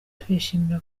twishimira